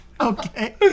Okay